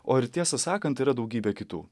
o ir tiesą sakant yra daugybė kitų